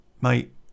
Mate